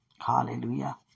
Hallelujah